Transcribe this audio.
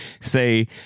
say